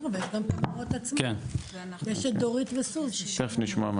תיכף נשמע,